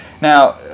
Now